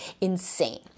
insane